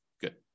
Good